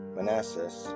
Manassas